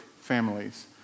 families